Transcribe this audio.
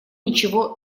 ничего